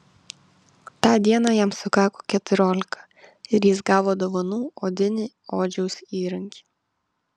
tą dieną jam sukako keturiolika ir jis gavo dovanų odinį odžiaus įrankį